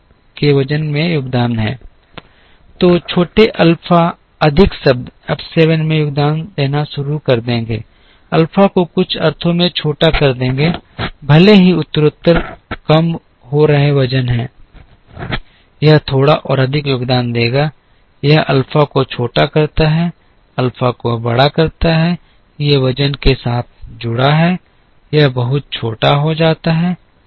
तो छोटे अल्फा अधिक शब्द F 7 में योगदान देना शुरू कर देंगे अल्फा को कुछ अर्थों में छोटा कर देंगे भले ही उत्तरोत्तर कम हो रहे वजन हैं यह थोड़ा और अधिक योगदान देगा यह अल्फा को छोटा करता है अल्फा को बड़ा करता है ये वजन के साथ जुड़ा हुआ है यह बहुत छोटा हो जाता है